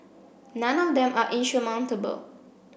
none of them are insurmountable